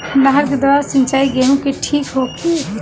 नहर के द्वारा सिंचाई गेहूँ के ठीक होखि?